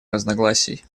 разногласий